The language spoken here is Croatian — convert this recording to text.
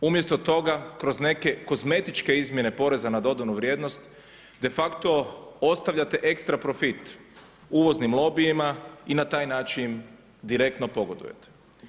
Umjesto toga kroz neke kozmetičke izmjene poreza na dodanu vrijednost defakto ostavljate ekstra profit uvoznim lobijima i na taj način direktno pogodujete.